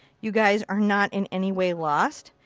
you guys are not in any way lost.